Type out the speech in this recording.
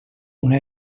una